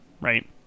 right